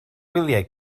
wyliau